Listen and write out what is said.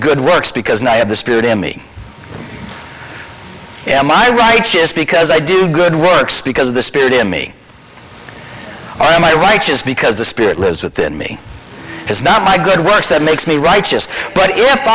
good works because now i have the spirit in me and my righteous because i do good works because the spirit in me i am i right just because the spirit lives within me is not my good works that makes me righteous but if